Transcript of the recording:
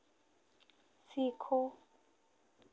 सीखो